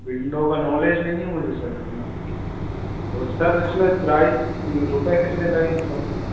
window का knowledge नहीं है मुझे सर इतना तो सर इसमें प्राइस रुपये कितने लगेंगे कम से कम